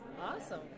Awesome